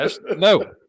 No